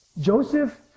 Joseph